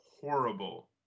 horrible